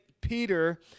Peter